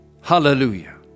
Hallelujah